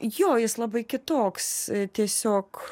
jo jis labai kitoks tiesiog